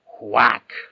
Whack